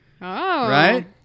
right